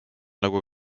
nagu